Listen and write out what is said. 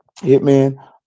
Hitman